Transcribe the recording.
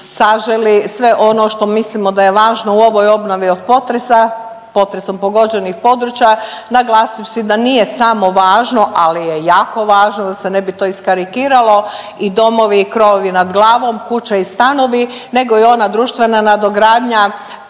saželi sve ono što mislimo da je važno u ovoj obnovi od potresa, potresom pogođenih područja, naglasivši da nije samo važno, ali je jako važno, da se ne bi to iskarikiralo, i domovi i krovovi nad glavom, kuće i stanovi, nego i ona društvena nadogradnja,